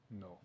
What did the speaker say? No